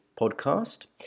podcast